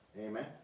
Amen